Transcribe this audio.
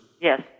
Yes